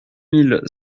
mille